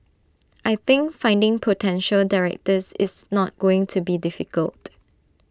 I think finding potential directors is not going to be difficult